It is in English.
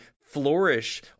flourish